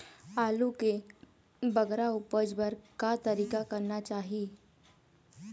आलू के बगरा उपज बर का तरीका करना चाही?